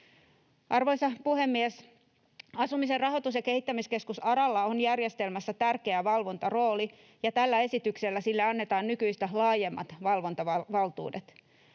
Arvoisa puhemies! Asumisen rahoitus- ja kehittämiskeskus ARAlla on järjestelmässä tärkeä valvontarooli, ja tällä esityksellä sille annetaan nykyistä laajemmat valvontavaltuudet.